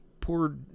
poor